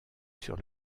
sur